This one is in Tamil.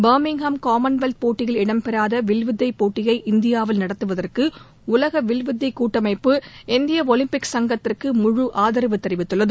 பர்மிங்ஹாம் காமன் வெல்த் போட்டியில் இடம் பெறாத வில்வித்தை போட்டியை இந்தியாவில் நடத்துவதற்கு உலக வில்வித்தை கூட்டமைப்பு இந்திய ஒலிம்பிக் சங்கத்திற்கு முழு ஆதரவு தெரிவித்துள்ளது